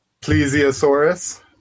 plesiosaurus